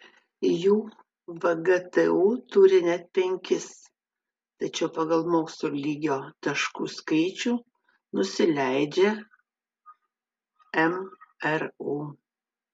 jų vgtu turi net penkis tačiau pagal mokslo lygio taškų skaičių nusileidžia mru